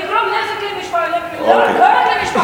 מה את יודעת לעשות?